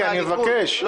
אני מבקש שתמשיך.